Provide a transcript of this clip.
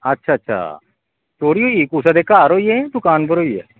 चोरी कुसै दे घर होई ऐ जां दुकान उप्पर होई ऐ